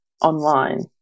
online